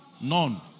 None